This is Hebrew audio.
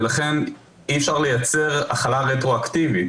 ולכן אי אפשר לייצר החלה רטרואקטיבית.